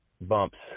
bumps